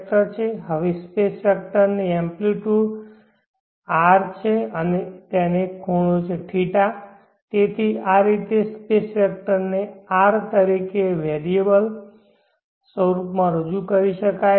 હવે સ્પેસ વેક્ટરને amplitude R છે અને તે એક ખૂણો છે θ તેથી આ રીતે સ્પેસ વેક્ટર ને R તરીકે વેંકટેરિઅલ સ્વરૂપ માં રજૂ કરી શકાય છે